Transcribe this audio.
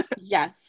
Yes